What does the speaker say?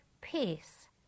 peace